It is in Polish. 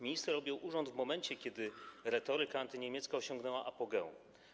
Minister objął urząd w momencie, kiedy retoryka antyniemiecka osiągnęła apogeum.